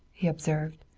he observed.